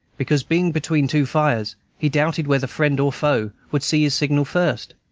because, being between two fires, he doubted whether friend or foe would see his signal first.